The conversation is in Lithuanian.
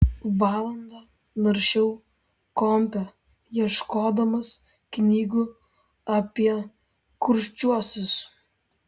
valandą naršiau kompe ieškodamas knygų apie kurčiuosius